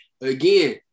again